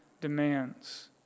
demands